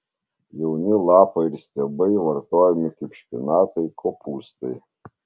jauni lapai ir stiebai vartojami kaip špinatai kopūstai